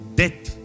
death